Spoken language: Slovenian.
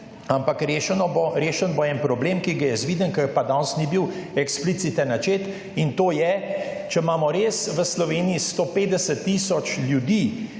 ampak rešen bo en problem, ki ga jaz vidim, ki pa danes ni bil eksplicitno načet in to je, če imamo res v Sloveniji 150 tisoč ljudi,